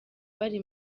bari